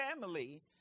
family